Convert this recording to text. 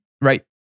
right